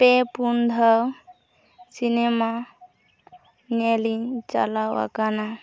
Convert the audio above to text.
ᱯᱮᱼᱯᱩᱱ ᱫᱷᱟᱣ ᱥᱤᱱᱮᱢᱟ ᱧᱮᱞᱤᱧ ᱪᱟᱞᱟᱣ ᱟᱠᱟᱱᱟ